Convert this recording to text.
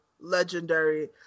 legendary